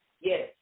yes